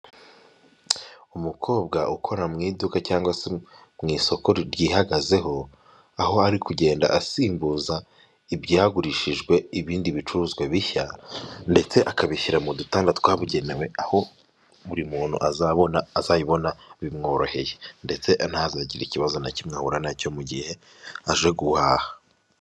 Umukobwa ukora mu iduka cyangwa se mu isoko ryihagazeho aho ari kugenda asimbuza ibyagurishijwe ibindi bicuruzwa bishya, ndetse akabishyira mu dutanda twabugenewe aho buri muntu azabona azayibona bimworoheye, ndetse ntazagire ikibazo na kimwe ahura nacyo mu gihe aje guhaha.